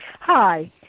Hi